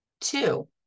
Two